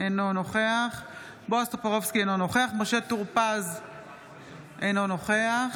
אינו נוכח בועז טופורובסקי, אינו נוכח